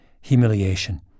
humiliation